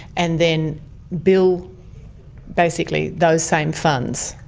and then bill basically those same funds,